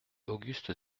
auguste